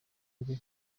rwe